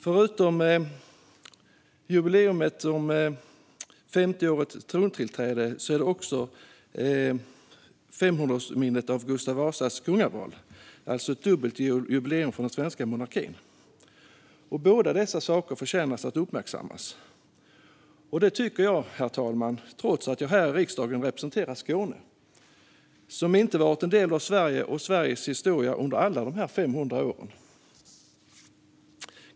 Förutom jubileet om 50 år sedan trontillträdet är det också jubileum om 500 år sedan Gustav Vasa valdes till kung. Det är alltså ett dubbelt jubileum för den svenska monarkin. Båda dessa saker förtjänar att uppmärksammas. En tillfällig allmän flaggdag för att hög-tidlighålla 50-års-dagen av konungens trontillträde Det tycker jag, herr talman, trots att jag här i riksdagen representerar Skåne, som inte har varit en del av Sverige och Sveriges historia under alla dessa 500 år.